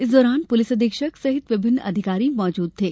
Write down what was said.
इस दौरान प्रलिस अधीक्षक सहित विभिन्न अधिकारी मौजूद थे